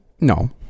No